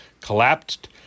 collapsed